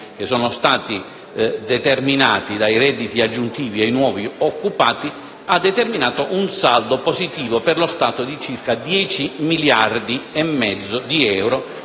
investimenti determinati dai redditi aggiuntivi ai nuovi occupati, ha determinato un saldo positivo per lo Stato di circa 10,5 miliardi di euro,